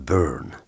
Burn